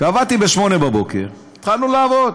קבעתי ב-08:00, התחלנו לעבוד.